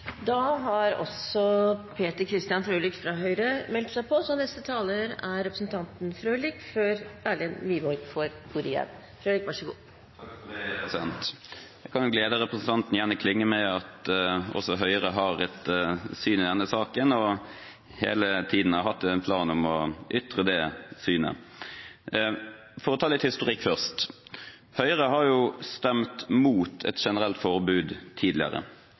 Jeg kan glede representanten Jenny Klinge med at også Høyre har et syn i denne saken – og hele tiden har hatt en plan om å ytre det synet. For å ta litt historikk først: Høyre har stemt imot et generelt forbud tidligere.